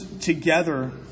together